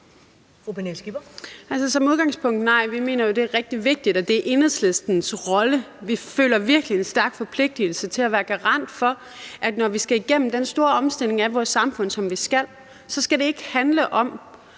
Som udgangspunkt nej. Vi mener jo, det er rigtig vigtigt – og det er Enhedslistens rolle, vi føler virkelig en stærk forpligtigelse til at være garant for det – at når vi skal igennem den store omstilling af samfundet, som vi skal, så skal det ikke handle om